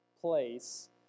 place